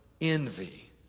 envy